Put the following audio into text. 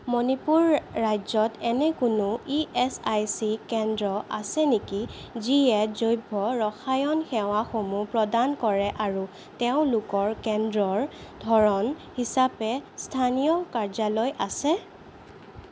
মণিপুৰ ৰাজ্যত এনে কোনো ই এছ আই চি কেন্দ্ৰ আছে নেকি যিয়ে জৈৱৰসায়ন সেৱাসমূহ প্ৰদান কৰে আৰু তেওঁলোকৰ কেন্দ্ৰৰ ধৰণ হিচাপে স্থানীয় কাৰ্যালয় আছে